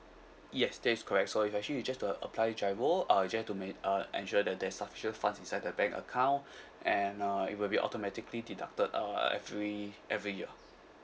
yes that is correct so if actually you just to a~ apply GIRO uh you ju~ have to main~ uh ensure that there's sufficient funds inside the bank account and uh it will be automatically deducted uh every every year